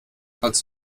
als